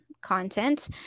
content